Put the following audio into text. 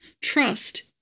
Trust